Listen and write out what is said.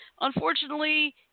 Unfortunately